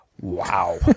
wow